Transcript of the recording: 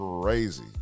crazy